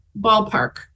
ballpark